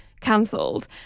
cancelled